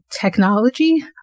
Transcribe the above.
technology